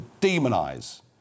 demonise